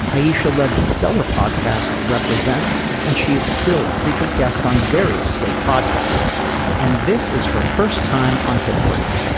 aisha led the stellar podcast represent and she is still a frequent guest on various slate podcasts and this is her first time on hit parade.